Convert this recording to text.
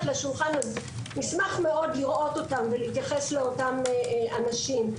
לשולחן אז נשמח מאוד לראות אותם ולהתייחס לאותם אנשים,